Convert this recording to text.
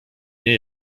nie